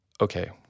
okay